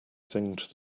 thinged